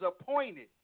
appointed